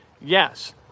Yes